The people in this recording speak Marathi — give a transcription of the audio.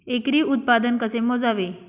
एकरी उत्पादन कसे मोजावे?